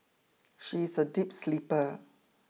she is a deep sleeper